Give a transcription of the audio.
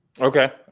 Okay